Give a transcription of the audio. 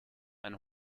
ein